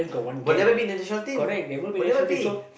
we'll never be in the national team we'll never be